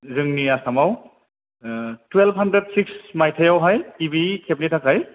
जोंनि आसामआव ओ थुवेलभ हानद्रेद सिक्स माइथायावहाय गिबि खेबनि थाखाय